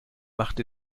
macht